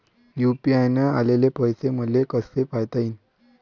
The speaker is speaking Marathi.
यू.पी.आय न आलेले पैसे मले कसे पायता येईन?